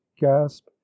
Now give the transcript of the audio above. gasp